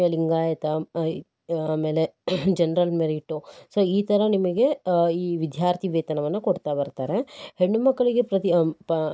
ಲಿಂಗಾಯತ ಆಮೇಲೆ general merit so ಈ ಥರ ನಿಮಗೆ ಈ ವಿದ್ಯಾರ್ಥಿವೇತನವನ್ನು ಕೊಡ್ತಾ ಬರ್ತಾರೆ ಹೆಣ್ಣು ಮಕ್ಕಳಿಗೆ ಪ್ರತಿ ಪ